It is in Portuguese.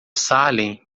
salem